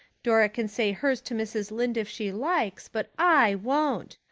dora can say hers to mrs. lynde if she likes, but i won't.